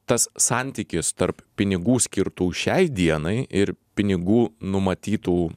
tas santykis tarp pinigų skirtų šiai dienai ir pinigų numatytų